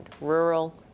rural